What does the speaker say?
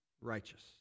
righteous